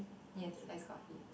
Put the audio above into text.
yes hi coffee